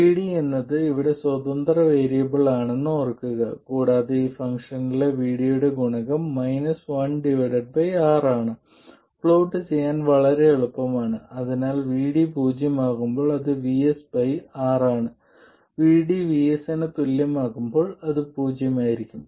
VD എന്നത് ഇവിടെ സ്വതന്ത്ര വേരിയബിൾ ആണെന്ന് ഓർക്കുക കൂടാതെ ഈ ഫംഗ്ഷനിലെ VD യുടെ ഗുണകം 1 R ആണ് പ്ലോട്ട് ചെയ്യാൻ വളരെ എളുപ്പമാണ് അതിനാൽ VD പൂജ്യമാകുമ്പോൾ അത് VS by R ആണ് VD VS ന് തുല്യമാകുമ്പോൾ അത് പൂജ്യമായിരിക്കും